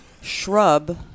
Shrub